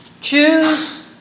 choose